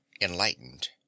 enlightened